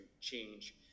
change